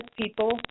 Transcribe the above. people